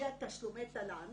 שיהיה תשלומי תל"ן